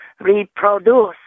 reproduce